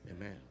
Amen